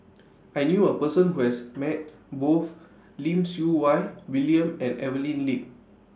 I knew A Person Who has Met Both Lim Siew Wai William and Evelyn Lip